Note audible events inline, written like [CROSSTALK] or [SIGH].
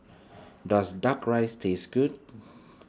does Duck Rice taste good [NOISE]